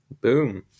Boom